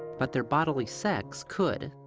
but their bodily sex could.